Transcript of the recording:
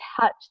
touch